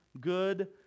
good